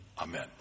Amen